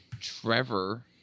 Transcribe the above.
trevor